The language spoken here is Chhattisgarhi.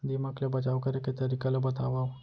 दीमक ले बचाव करे के तरीका ला बतावव?